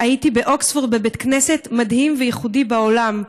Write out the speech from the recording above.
הייתי באוקספורד בבית כנסת מדהים וייחודי בעולם,